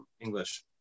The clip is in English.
English